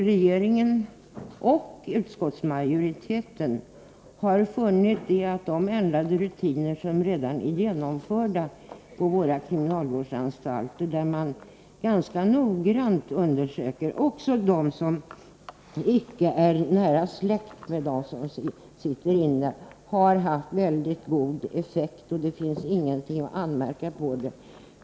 Regeringen och utskottsmajoriteten har funnit att de ändrade rutiner som redan är genomförda på våra kriminalvårdsanstalter, där man ganska noggrant undersöker också dem som inte är nära släkt med den som sitter inne, har haft mycket god effekt. Det finns inget att anmärka på.